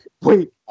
wait